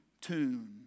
tune